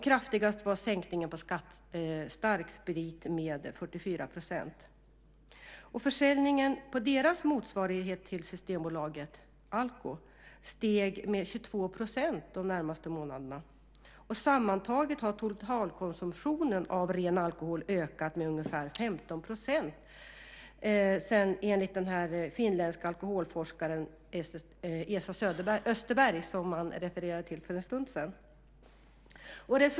Kraftigast var sänkningen på starksprit, 44 %. Försäljningen på deras motsvarighet till Systembolaget, Alko, steg med 22 % de närmaste månaderna. Sammantaget har totalkonsumtionen av ren alkohol ökat med ungefär 15 %, enligt den finländske alkoholforskaren Esa Österberg som det refererades till för en stund sedan.